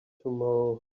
tomorrow